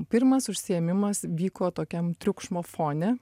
pirmas užsiėmimas vyko tokiam triukšmo fone